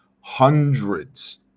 Hundreds